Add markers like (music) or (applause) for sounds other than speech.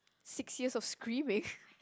six years of screaming (breath)